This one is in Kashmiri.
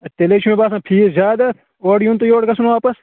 اَدٕ تیٚلہِ حظ چھُ مےٚ باسان فیٖس زیادٕ اَتھ اورٕ یُن تہٕ یورٕ گژھُن واپَس